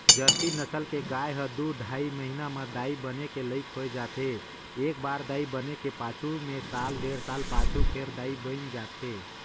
Jersey नसल के गाय ह दू ढ़ाई महिना म दाई बने के लइक हो जाथे, एकबार दाई बने के पाछू में साल डेढ़ साल पाछू फेर दाई बइन जाथे